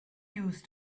used